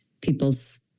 people's